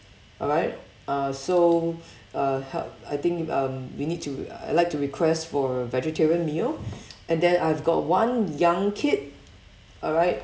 alright uh so uh he~ I think um we need to I I'd like to request for vegetarian meal and then I've got one young kid alright